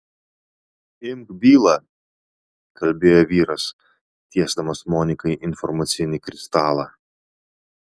imk bylą kalbėjo vyras tiesdamas monikai informacinį kristalą